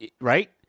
Right